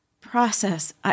process